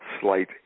Slight